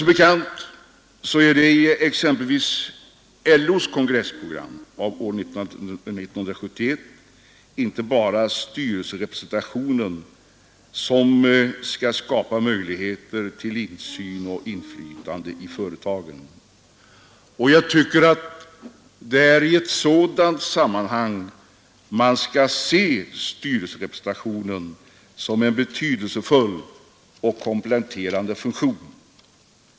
Som bekant är det exempelvis enligt LO:s kongressprogram av år 1971 inte bara styrelserepresentationen som skall skapa möjligheter till en ökad insyn och inflytande i företagen. I ett sådant sammanhang bör styrelserepresentationen ses som en betydelsefull och kompletterande funktion.